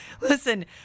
listen